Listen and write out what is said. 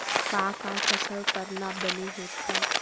का का फसल करना बने होथे?